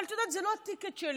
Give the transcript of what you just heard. אבל את יודעת, זה לא הטיקט שלי.